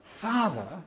father